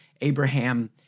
Abraham